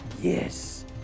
Yes